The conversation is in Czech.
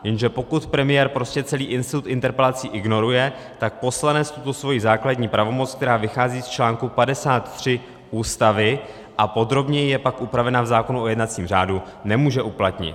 Jenže pokud premiér celý institut interpelací ignoruje, tak poslanec tuto svoji základní pravomoc, která vychází z článku 53 Ústavy a podrobněji je pak upravena v zákonu o jednacím řádu, nemůže uplatnit.